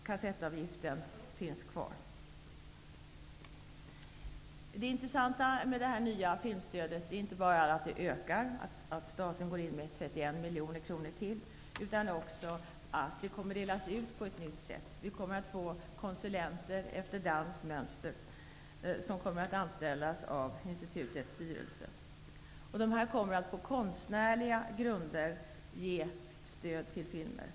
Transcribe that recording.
Det intressanta med det nya filmstödet är inte bara att det ökar och att staten går in med 31 miljoner kronor till, utan också att det kommer att delas ut på ett nytt sätt. Vi kommer att få konsulenter efter danskt mönster vilka kommer att anställas av institutets styrelse. Dessa kommer att ge stöd till filmer på konstnärliga grunder.